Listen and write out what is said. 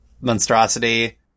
monstrosity